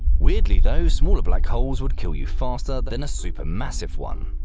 weirdly though, smaller black holes would kill you faster than a supermassive one.